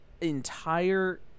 entire